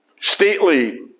stately